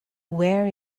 where